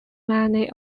many